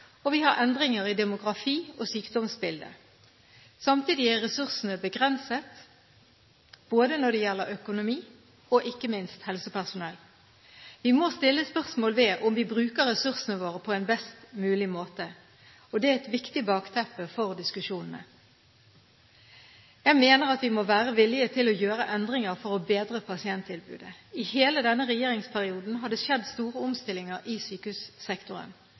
og vi har endringer i demografi og sykdomsbilde. Samtidig er ressursene begrenset, når det gjelder økonomi, og ikke minst helsepersonell. Vi må stille spørsmål om hvorvidt vi bruker ressursene våre på en best mulig måte. Det er et viktig bakteppe for diskusjonene. Jeg mener at vi må være villige til å gjøre endringer for å bedre pasienttilbudet. I hele denne regjeringsperioden har det skjedd store endringer i sykehussektoren.